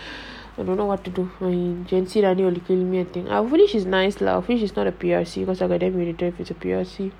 I don't know what to do hopefully she's nice lah hopefully she's not a P_R_C cos i get really irritated if she's a P_R_C